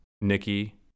Nikki